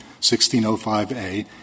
1605A